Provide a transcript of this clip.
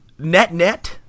netnet